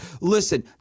Listen